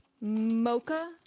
mocha